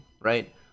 right